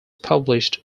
published